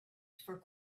for